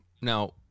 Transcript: Now